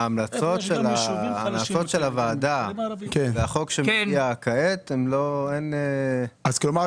ההמלצות של הוועדה והחוק שמופיע כעת אין --- כלומר,